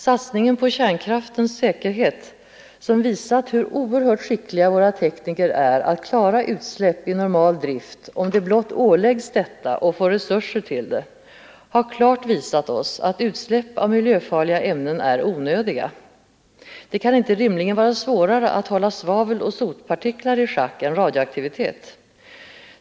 Satsningen på kärnkraftens säkerhet, som visat hur oerhört skickliga våra tekniker är att klara utsläpp vid normal drift om de blott åläggs detta och får resurser till det, har klart visat oss att utsläpp av miljöfarliga ämnen är onödiga. Det kan inte rimligen vara svårare att hålla svavel och sotpartiklar i schack än radioaktivitet.